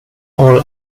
all